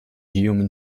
human